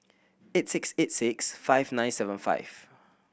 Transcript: eight six eight six five nine seven five